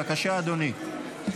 בבקשה, אדוני.